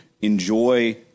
Enjoy